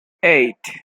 eight